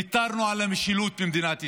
ויתרנו על המשילות במדינת ישראל.